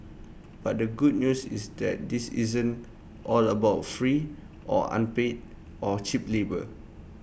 but the good news is that this isn't all about free or unpaid or cheap labour